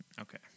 Okay